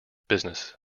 business